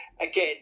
again